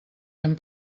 hem